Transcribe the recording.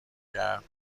کرد